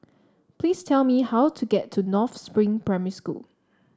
please tell me how to get to North Spring Primary School